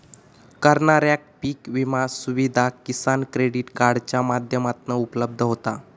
करणाऱ्याक पीक विमा सुविधा किसान क्रेडीट कार्डाच्या माध्यमातना उपलब्ध होता